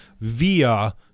via